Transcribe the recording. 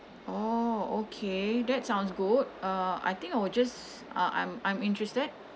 oh okay that sounds good uh I think I will just uh I'm I'm interested